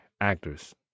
actors